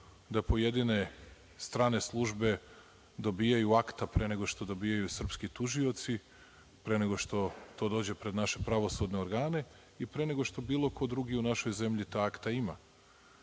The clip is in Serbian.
da pojedine strane službe dobijaju akta, pre nego što dobijaju srpski tužioci, pre nego što to dođe pred naše pravosudne organe i pre nego što bilo ko drugi u našoj zemlji ta akta ima.